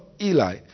Eli